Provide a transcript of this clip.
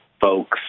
folks